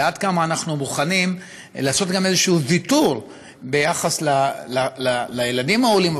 ועד כמה אנחנו מוכנים לעשות איזשהו ויתור ביחס לילדים העולים,